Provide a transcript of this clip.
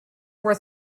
were